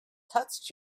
touched